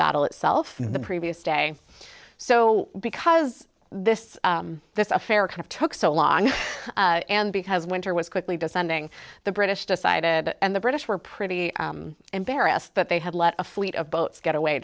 battle itself in the previous day so because this this affair kind of took so long and because winter was quickly descending the british decided and the british were pretty embarrassed that they had let a fleet of boats get away